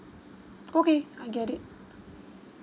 okay I get it